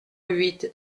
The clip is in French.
huit